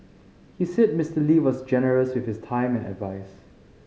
he said Mister Lee was generous with his time and advise